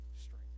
strength